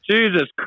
Jesus